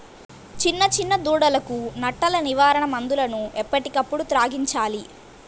చిన్న చిన్న దూడలకు నట్టల నివారణ మందులను ఎప్పటికప్పుడు త్రాగించాలి